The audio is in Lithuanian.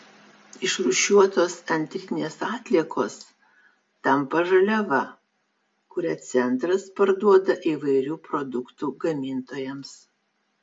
išrūšiuotos antrinės atliekos tampa žaliava kurią centras parduoda įvairių produktų gamintojams